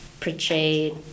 portrayed